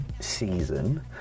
season